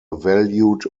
valued